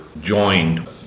joined